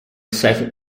second